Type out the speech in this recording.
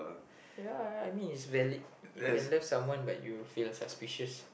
ya I mean it's valid you can let some one that you feel suspicious